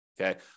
Okay